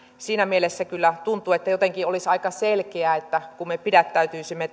siinä mielessä kyllä tuntuu että jotenkin olisi aika selkeää kun me pidättäytyisimme